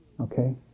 Okay